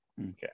Okay